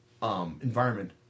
Environment